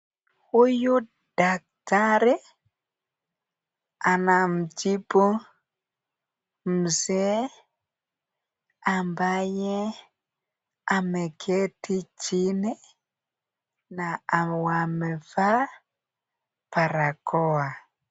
Huyu daktari anamtibu mzee ambaye ameketi chini na wamevaa barakoa.